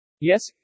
Yes